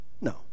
No